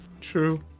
True